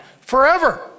forever